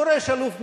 פורש אלוף מצה"ל.